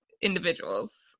individuals